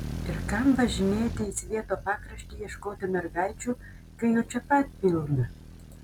ir kam važinėti į svieto pakraštį ieškoti mergaičių kai jų čia pat pilna